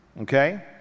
Okay